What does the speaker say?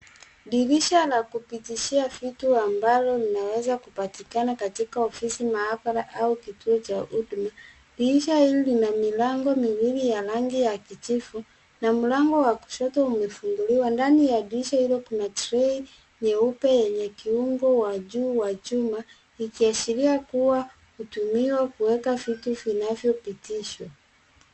Dirisha la kupitishia vitu ambalo linaweza kupatikana katika ofisi, maabara au kituo cha huduma. Dirisha hili lina milango miwili ya rangi ya kijivu na mlango wa kushoto umefunguliwa. Ndani ya dirisha hilo kuna trei nyeupe yenye kiungo wa juu wa chuma ikiashiria kuwa hutumiwa kuweka vitu vinavyopitishwa.